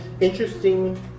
interesting